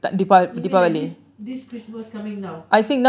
you mean this this christmas coming now